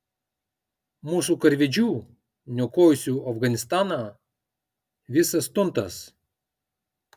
mūsų karvedžių niokojusių afganistaną visas tuntas